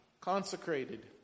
consecrated